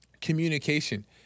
Communication